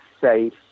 safe